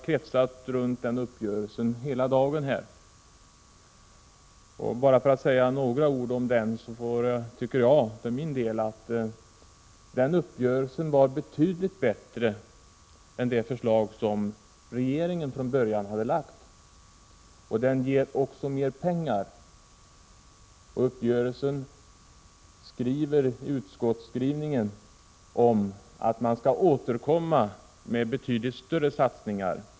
Debatten har hela dagen kretsat runt denna uppgörelse. För min del tycker jag att den uppgörelsen är betydligt bättre och ger mer pengar än det förslag som regeringen från början hade lagt. I utskottsskrivningen sägs beträffande uppgörelsen att man skall återkomma med betydligt större satsningar.